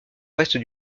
ouest